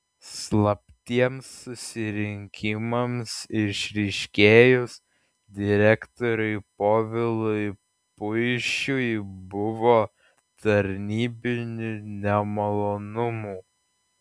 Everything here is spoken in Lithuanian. slaptiems susirinkimams išryškėjus direktoriui povilui puišiui buvo tarnybinių nemalonumų